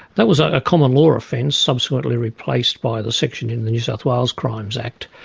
that was a common law offence subsequently replaced by the section in the new south wales crimes act,